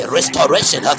Restoration